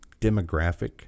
demographic